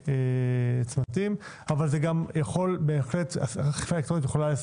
צמתים אבל זה גם יכול בהחלט לסייע